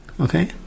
Okay